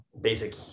basic